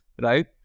right